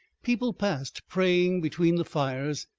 people passed praying between the fires,